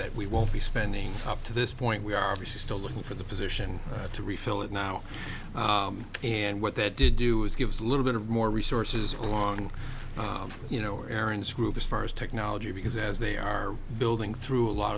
that we won't be spending up to this point we are obviously still looking for the position to refill it now and what that did do is give us a little bit of more resources along you know aaron's group as far as technology because as they are building through a lot